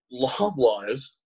Loblaws